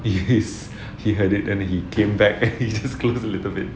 the haze he heard it and he came back and he was close to the little bit